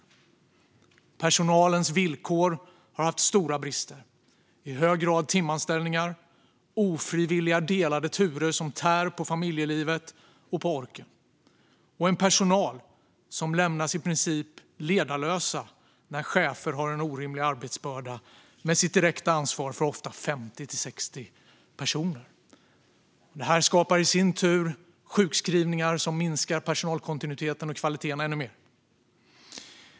Det har varit stora brister i personalens villkor. Det har i hög grad varit fråga om timanställningar och ofrivilliga delade turer som tär på familjelivet och på orken. Personalen lämnas i princip ledarlös när chefen har en orimlig arbetsbörda med direkt ansvar för ofta 50-60 personer. Detta skapar i sin tur sjukskrivningar, vilket minskar personalkontinuiteten och kvaliteten ännu mer.